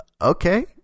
okay